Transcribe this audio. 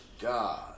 God